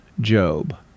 Job